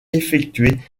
effectuée